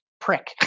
prick